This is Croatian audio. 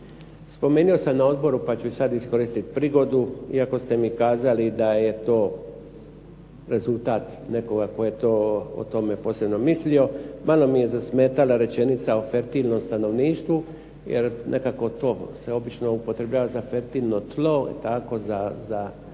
Spomenuo sam na odboru pa ću i sad iskoristiti prigodu, iako ste mi kazali da je to rezultat nekoga tko je o tome posebno mislio. Malo mi je zasmetala rečenica o fertilnom stanovništvu, jer nekako to se obično upotrebljava za fertilno tlo i tako za